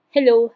Hello